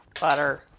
butter